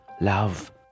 love